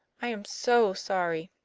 i am so sorry!